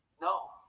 No